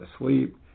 asleep